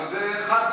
אבל זה חד-פעמי.